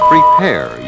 Prepare